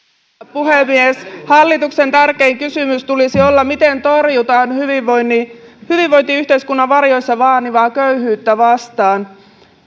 puhemies hallituksen tärkeimmän kysymyksen tulisi olla miten torjutaan hyvinvointiyhteiskunnan varjoissa vaanivaa köyhyyttä